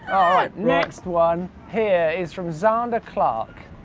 alright, next one here is from zander clark.